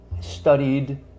studied